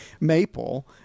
maple